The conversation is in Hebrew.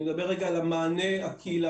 אני מדבר על המענה הקהילתי,